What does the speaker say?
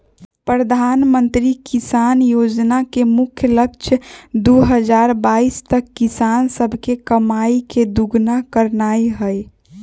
प्रधानमंत्री किसान जोजना के मुख्य लक्ष्य दू हजार बाइस तक किसान सभके कमाइ के दुगुन्ना करनाइ हइ